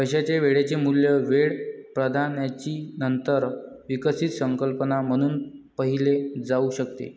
पैशाचे वेळेचे मूल्य वेळ प्राधान्याची नंतर विकसित संकल्पना म्हणून पाहिले जाऊ शकते